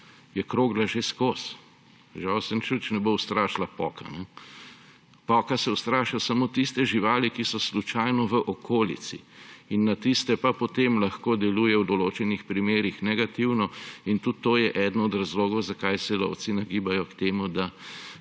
je krogla že skozi. Žival se nič več ne bo ustrašila poka. Poka se ustrašijo samo tiste živali, ki so slučajno v okolici, na tiste pa potem lahko deluje v določenih primerih negativno. Tudi to je eden od razlogov, zakaj se lovci nagibajo k temu, da